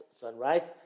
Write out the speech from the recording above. sunrise